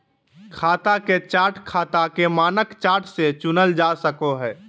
खाता के चार्ट खाता के मानक चार्ट से चुनल जा सको हय